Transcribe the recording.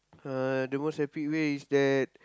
uh the most epic way is that